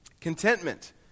Contentment